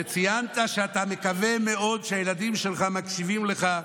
שציינת שאתה מקווה מאוד שהילדים שלך מקשיבים לך.